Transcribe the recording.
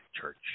Church